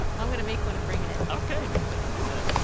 ah i'm going to make one and bring it in ok. do that. do that.